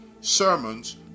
sermons